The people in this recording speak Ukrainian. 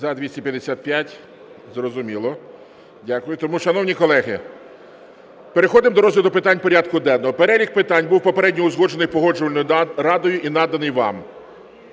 За-255 Зрозуміло. Дякую. Тому, шановні колеги, переходимо до розгляду питань порядку денного. Перелік питань був попередньо узгоджений Погоджувальною радою і наданий вам,